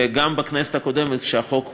וגם בכנסת הקודמת, כשהחוק חוקק,